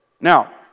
Now